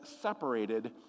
separated